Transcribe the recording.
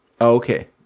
Okay